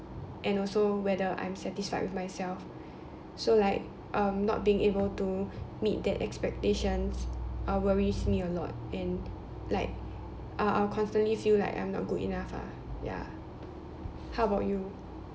and also whether I'm satisfied with myself so like um not being able to meet that expectations uh worries me a lot and like ah I'll constantly feel like I'm not good enough ah ya how about you